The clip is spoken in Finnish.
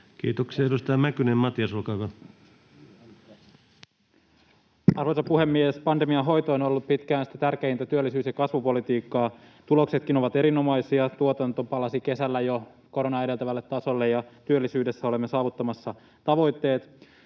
hallinnonala Time: 17:35 Content: Arvoisa puhemies! Pandemian hoito on ollut pitkään sitä tärkeintä työllisyys- ja kasvupolitiikkaa, ja tuloksetkin ovat erinomaisia: tuotanto palasi kesällä jo koronaa edeltävälle tasolle, ja työllisyydessä olemme saavuttamassa tavoitteet.